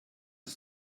ist